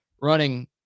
running